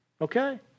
Okay